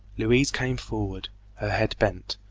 louise came forward, her head bent,